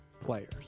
players